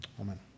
amen